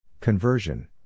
Conversion